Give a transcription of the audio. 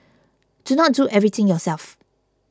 do not do everything yourself